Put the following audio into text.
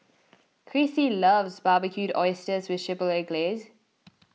Chrissie loves Barbecued Oysters with Chipotle Glaze